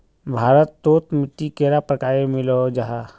भारत तोत मिट्टी कैडा प्रकारेर मिलोहो जाहा?